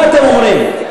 מה אתם אומרים?